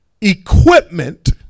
equipment